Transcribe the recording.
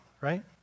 right